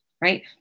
right